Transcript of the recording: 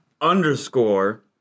underscore